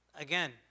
Again